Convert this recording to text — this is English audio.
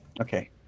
Okay